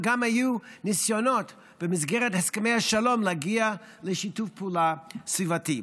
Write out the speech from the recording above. וגם היו ניסיונות במסגרת הסכמי השלום להגיע לשיתוף פעולה סביבתי.